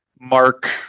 Mark